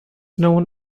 known